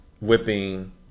whipping